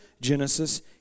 Genesis